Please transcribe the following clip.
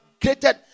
created